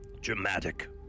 Dramatic